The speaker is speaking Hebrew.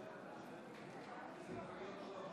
אין.